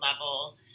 level